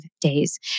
days